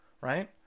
right